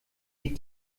die